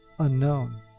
unknown